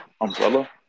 umbrella